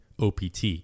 OPT